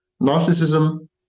narcissism